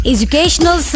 Educational